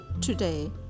today